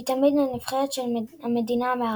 היא תמיד הנבחרת של המדינה המארחת.